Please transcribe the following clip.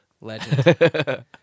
Legend